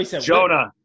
Jonah